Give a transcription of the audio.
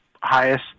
highest